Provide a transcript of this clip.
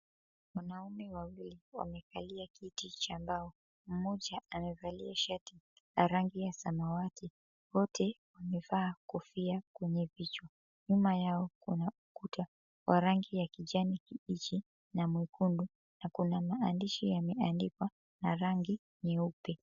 Wanaume wawili wamekalia kiti cha mbao, mmoja amevalia shati la rangi ya samawati. Wote wamevaa kofia kwenye vichwa. Nyuma yao kuna ukuta, wa rangi ya kijani kibichi na mwekundu, na kuna maandishi yameandikwa na rangi nyeupe.